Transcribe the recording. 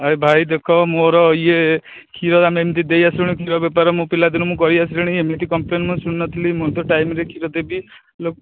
ଏ ଭାଇ ଦେଖ ମୋର ଇଏ କ୍ଷୀର ଆମେ ଏମିତି ଦେଇଆସିଲୁଣି କ୍ଷୀର ବେପାର ମୁଁ ପିଲା ଦିନୁ ମୁଁ କରିଆସିଲିଣି ଏମିତି କମ୍ପ୍ଲେନ୍ ମୁଁ ଶୁଣିନଥିଲି ମୁଁ ତ ଟାଇମ୍ରେ କ୍ଷୀର ଦେବି